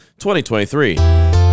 2023